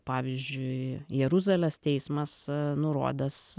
pavyzdžiui jeruzalės teismas nurodęs